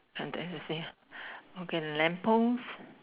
!huh! then you say ah okay lamp post